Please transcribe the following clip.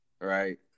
right